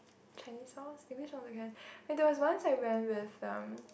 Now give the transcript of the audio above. Chinese songs English songs also can there was once I went with um